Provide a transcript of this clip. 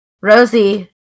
Rosie